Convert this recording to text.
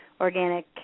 organic